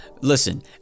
Listen